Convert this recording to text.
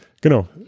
Genau